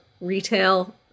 retail